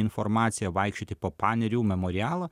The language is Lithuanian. informaciją vaikščioti po panerių memorialą